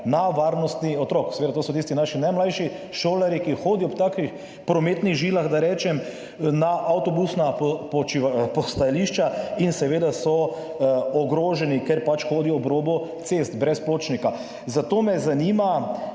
na varnosti otrok. Seveda, to so tisti naši najmlajši, šolarji, ki hodijo ob takih prometnih žilah, na avtobusna postajališča in seveda so ogroženi, ker pač hodijo ob robu cest brez pločnika. Zato me zanima